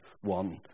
one